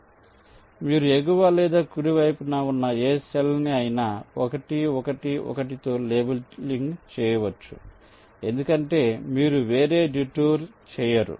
కాబట్టి మీరు ఎగువ లేదా కుడి వైపున ఉన్న ఏ సెల్ ని అయినా 1 1 1 తో లేబులింగ్ చేయవచ్చు ఎందుకంటే మీరు వేరే డిటూర్ చేయరు